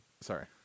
Sorry